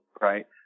right